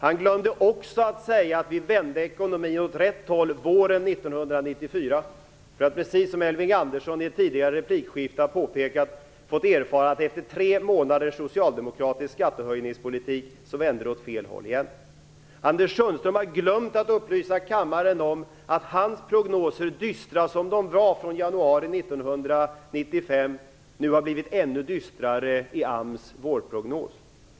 Han glömde också att säga att vi vände ekonomin åt rätt håll våren 1994. Precis som Elving Andersson i ett tidigare replikskifte har påpekat har vi efter tre månaders socialdemokratisk skattehöjningspolitik fått erfara att det vände åt fel håll igen. Anders Sundström har glömt att upplysa kammaren om att hans prognoser, dystra som de var från januari 1995, nu har blivit ännu dystrare i AMS vårprognos.